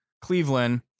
Cleveland